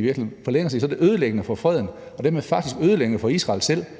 virkeligheden på længere sigt ødelæggende for freden